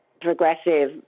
progressive